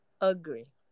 agree